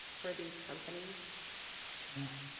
for these companies no,